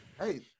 Hey